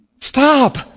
Stop